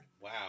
Wow